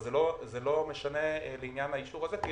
אבל זה לא משנה לעניין האישור הזה כי